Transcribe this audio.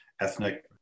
ethnic